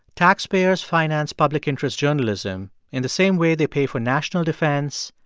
taxpayers finance public interest journalism in the same way they pay for national defense,